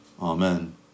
Amen